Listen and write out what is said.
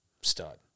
Stud